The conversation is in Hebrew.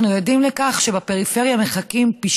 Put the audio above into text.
אנחנו עדים לכך שבפריפריה מחכים פי